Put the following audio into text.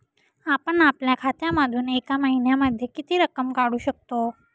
आपण आपल्या खात्यामधून एका महिन्यामधे किती रक्कम काढू शकतो?